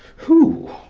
who?